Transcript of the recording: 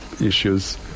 issues